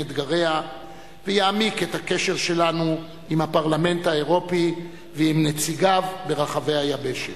אתגריה ויעמיק את הקשר שלנו עם הפרלמנט האירופי ועם נציגיו ברחבי היבשת.